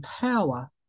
power